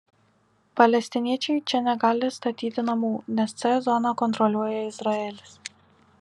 palestiniečiai čia negali statyti namų nes c zoną kontroliuoja izraelis